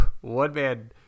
one-man